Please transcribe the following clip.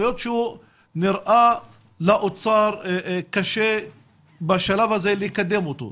שנראה לאוצר שקשה בשלב הזה לקדם אותו.